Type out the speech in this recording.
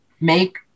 make